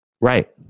right